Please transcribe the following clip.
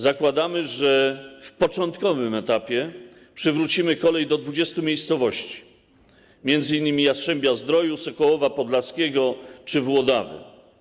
Zakładamy, że na początkowym etapie przywrócimy kolej do 20 miejscowości, m.in. Jastrzębia-Zdroju, Sokołowa Podlaskiego czy Włodawy.